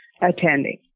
attending